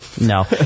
no